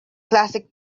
classic